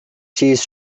cheese